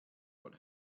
what